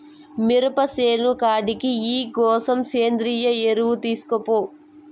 మిరప సేను కాడికి ఈ గోతం సేంద్రియ ఎరువు తీస్కపో